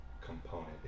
component